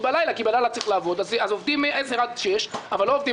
בלילה כי צריך לעבוד מ-22:00 עד 06:00 אבל לא עובדים